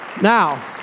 Now